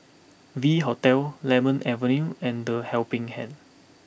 V Hotel Lemon Avenue and the Helping Hand